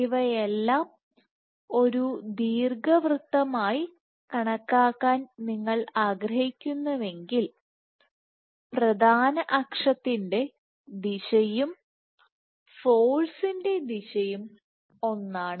ഇവയെല്ലാം ഒരു ദീർഘവൃത്തമായി കണക്കാക്കാൻ നിങ്ങൾ ആഗ്രഹിക്കുന്നുവെങ്കിൽ പ്രധാന അക്ഷത്തിന്റെ ദിശയും ഫോഴ്സിൻറെ ദിശയും ഒന്നാണ്